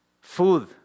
Food